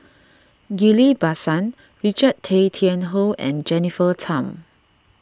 Ghillie Basan Richard Tay Tian Hoe and Jennifer Tham